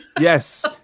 yes